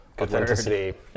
authenticity